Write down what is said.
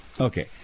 Okay